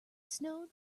snowed